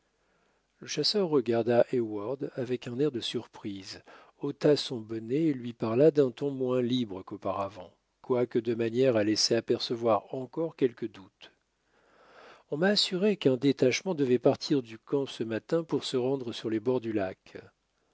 le chasseur regarda heyward avec un air de surprise ôta son bonnet et lui parla d'un ton moins libre qu'auparavant quoique de manière à laisser apercevoir encore quelques doutes on m'a assuré qu'un détachement devait partir du camp ce matin pour se rendre sur les bords du lac